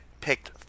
picked